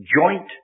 joint